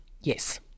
Yes